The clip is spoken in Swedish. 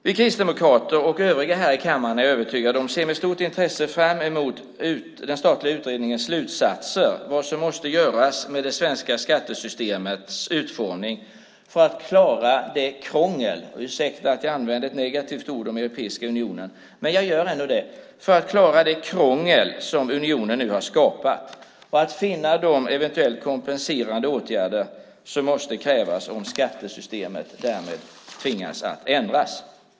Vi kristdemokrater och övriga här i kammaren är övertygade om och ser med stort intresse fram emot den statliga utredningens slutsatser om vad som måste göras med det svenska skattesystemets utformning för att klara det krångel - ursäkta att jag använder ett negativt ord om Europeiska unionen - som unionen nu har skapat och finna de eventuellt kompenserande åtgärder som måste krävas om skattesystemet därmed måste ändras.